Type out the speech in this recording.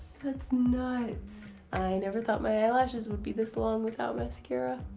that's nuts! i never thought my eyelashes would be this long without mascara.